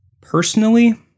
Personally